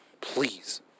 Please